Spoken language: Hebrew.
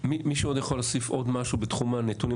מישהו יכול להוסיף עוד משהו בתחום הנתונים?